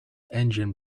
engine